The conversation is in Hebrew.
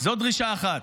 זו דרישה אחת.